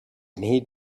need